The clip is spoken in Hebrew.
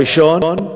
הראשון,